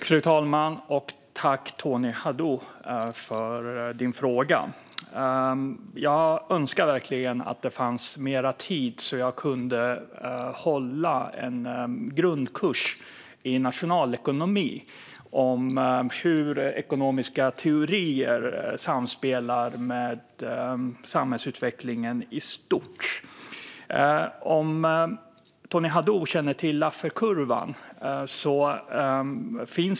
Fru talman! Jag tackar Tony Haddou för frågan. Jag önskar verkligen att jag hade mer talartid så att jag kunde hålla en grundkurs i nationalekonomi om hur ekonomiska teorier samspelar med samhällsutvecklingen i stort. Tony Haddou känner kanske till Lafferkurvan.